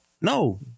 No